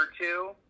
two